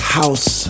house